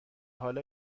حالا